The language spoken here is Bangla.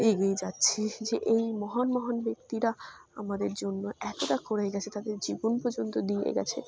এগিয়ে যাচ্ছি যে এই মহান মহান ব্যক্তিরা আমাদের জন্য এতটা করে গিয়েছে তাদের জীবন পর্যন্ত দিয়ে গিয়েছে